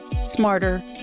smarter